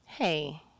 Hey